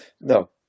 No